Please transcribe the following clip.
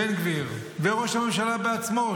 בן גביר וראש הממשלה בעצמו,